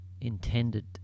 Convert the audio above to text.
intended